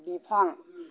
बिफां